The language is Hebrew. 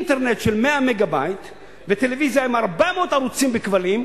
אינטרנט של 100 מגה-בייט וטלוויזיה עם 400 ערוצים בכבלים.